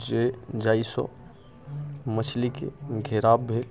से जाहिसँ मछलीके घेराव भेल